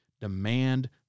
demand